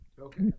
Okay